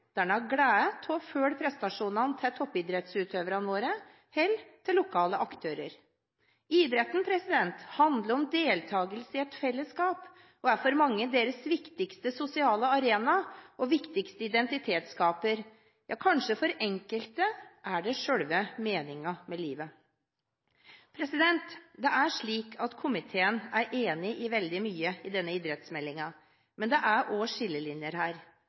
der en har glede av å følge prestasjonene til toppidrettsutøverne våre eller til lokale aktører. Idretten handler om deltakelse i et fellesskap og er for mange deres viktigste sosiale arena og viktigste identitetsskaper – ja, for enkelte er det kanskje selve meningen med livet. Komiteen er enig i veldig mye i denne idrettsmeldingen, men det er også skillelinjer her.